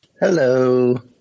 Hello